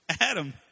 Adam